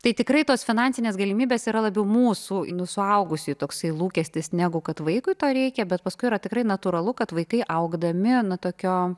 tai tikrai tos finansinės galimybės yra labiau mūsų suaugusiųjų toksai lūkestis negu kad vaikui to reikia bet paskui yra tikrai natūralu kad vaikai augdami nu tokio